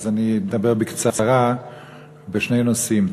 אדבר בקצרה בשני נושאים.